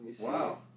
Wow